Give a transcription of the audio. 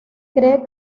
cree